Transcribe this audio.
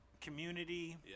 community